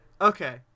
Okay